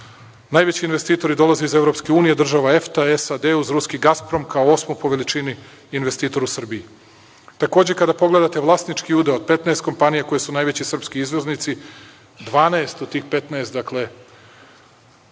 Najveći investitori dolaze iz EU, država EFTA, SAD, uz Ruski „Gasprom“ kao osmi po veličini investitor u Srbiji. Takođe, kada pogledate vlasnički udeo od 15 kompanija koje su najveći srpski izvoznici, 12 od tih 15, dakle,